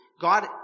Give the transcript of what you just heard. God